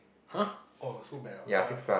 !huh! so bad ah I